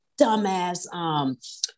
dumbass